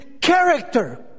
character